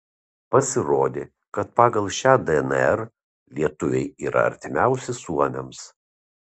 pasirodė kad pagal šią dnr lietuviai yra artimiausi suomiams